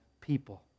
people